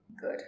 good